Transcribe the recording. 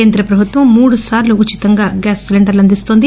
కేంద్ర ప్రభుత్వం మూడు సార్లు ఉచితంగా గ్యాస్ సిలెండర్లు అందిస్తోంది